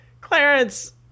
Clarence